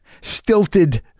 stilted